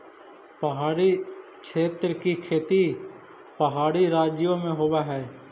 पहाड़ी क्षेत्र की खेती पहाड़ी राज्यों में होवअ हई